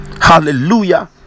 Hallelujah